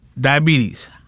diabetes